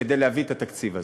כדי להביא את התקציב הזה,